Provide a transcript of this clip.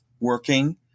working